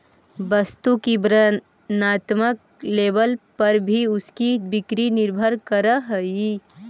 वस्तु की वर्णात्मक लेबल पर भी उसकी बिक्री निर्भर करअ हई